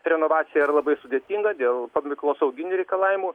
renovacija yra labai sudėtinga dėl paminklosauginių reikalavimų